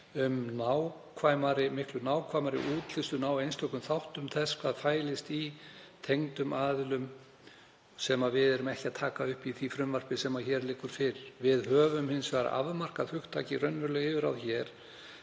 um miklu nákvæmari útlistun á einstökum þáttum þess hvað fælist í tengdum aðilum, sem við erum ekki að taka upp í því frumvarpi sem liggur fyrir. Við höfum hins vegar afmarkað hugtakið „raunveruleg yfirráð“ hér